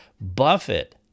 Buffett